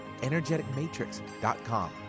energeticmatrix.com